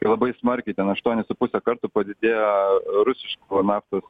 kai labai smarkiai ten aštuonis su puse karto padidėjo rusiškų naftos